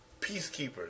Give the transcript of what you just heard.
peacekeepers